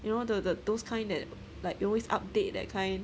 you know the the those kind that like you always update that kind